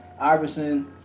Iverson